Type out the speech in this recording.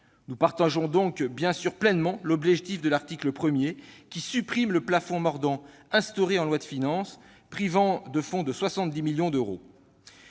Nous partageons donc pleinement l'objectif de l'article 1, tendant à supprimer le plafond mordant instauré en loi de finances, privant le fonds de 70 millions d'euros.